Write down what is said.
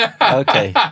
Okay